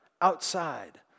outside